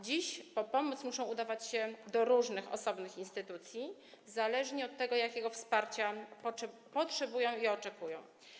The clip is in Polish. Dziś po pomoc osoby te muszą udawać się do różnych osobnych instytucji, zależnie od tego, jakiego wsparcia potrzebują i oczekują.